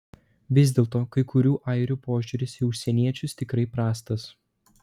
vis dėlto kai kurių airių požiūris į užsieniečius tikrai prastas